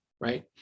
Right